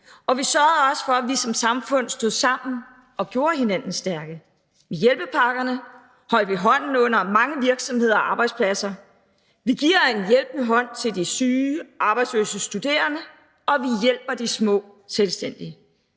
og vi sørgede også for, at vi som samfund stod sammen og gjorde hinanden stærke. Med hjælpepakkerne holdt vi hånden under mange virksomheder og arbejdspladser. Vi giver en hjælpende hånd til de syge, arbejdsløse og studerende, og vi hjælper de små selvstændige.